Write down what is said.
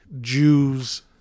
Jews